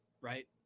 right